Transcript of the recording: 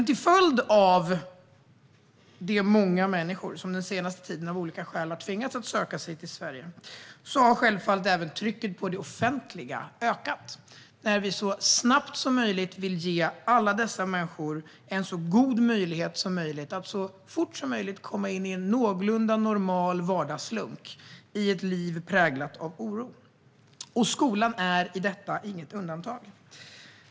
Till följd av att så många människor under den senaste tiden av olika skäl har tvingats söka sig till Sverige har självfallet även trycket på det offentliga ökat, när vi så snart som möjligt vill ge alla dessa människor, med ett liv präglat av oro, en chans att snabbt komma in i en någorlunda normal vardagslunk. Skolan är i detta sammanhang inget undantag.